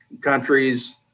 countries